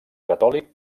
catòlic